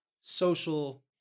social